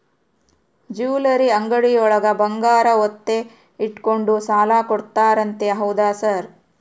Jewellery ಅಂಗಡಿಯೊಳಗ ಬಂಗಾರ ಒತ್ತೆ ಇಟ್ಕೊಂಡು ಸಾಲ ಕೊಡ್ತಾರಂತೆ ಹೌದಾ ಸರ್?